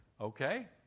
Okay